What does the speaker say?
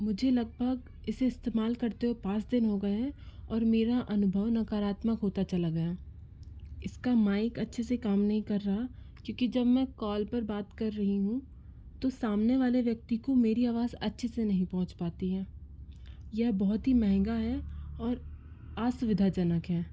मुझे लगभग इसे इस्तेमाल करते हुऐ पाँच दिन हो गए हैं और मेरा अनुभव नकारात्मक होता चला गया इस का माइक अच्छे से काम नहीं कर रहा क्योंकि जब मैं कॉल पर बात कर रही हूँ तो सामने वाले व्यक्ति को मेरी आवाज़ अच्छे से नहीं पहुँच पाती है यह बहुत ही महंगा है और असुविधाजनक है